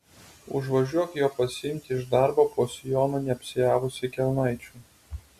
užvažiuok jo pasiimti iš darbo po sijonu neapsiavusi kelnaičių